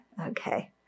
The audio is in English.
Okay